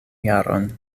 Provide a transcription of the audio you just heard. jaron